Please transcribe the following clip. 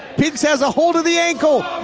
pinx has a hold of the ankle.